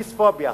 פיספוביה.